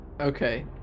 Okay